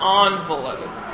envelope